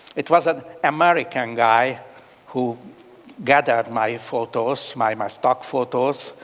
it was an american guy who gathered my photos, my my stock photos,